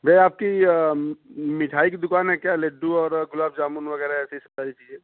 भैया आपकी मिठाई की दुकान है क्या लड्डू और गुलाब जामुन वगैरह ऐसी सारी चीज़ें